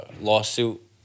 lawsuit